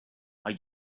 are